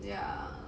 yeah